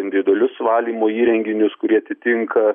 individualius valymo įrenginius kurie atitinka